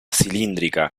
cilíndrica